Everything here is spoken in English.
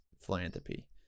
philanthropy